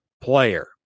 player